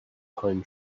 pine